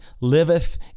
liveth